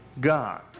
God